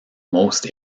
most